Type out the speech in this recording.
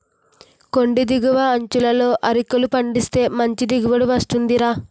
కొండి దిగువ అంచులలో అరికలు పండిస్తే మంచి దిగుబడి వస్తుందిరా